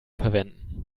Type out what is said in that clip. verwenden